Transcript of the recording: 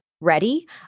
ready